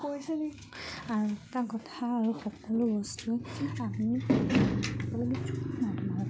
আৰু কথা আৰু সকলো বস্তুৱে আমি মানুহ